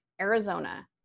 Arizona